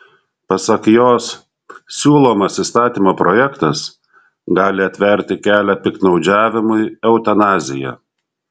pasak jos siūlomas įstatymo projektas gali atverti kelią piktnaudžiavimui eutanazija